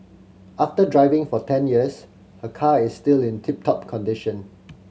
after driving for ten years her car is still in tip top condition